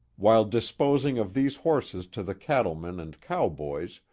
while disposing of these horses to the cattlemen and cowboys,